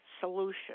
solution